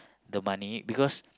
the money because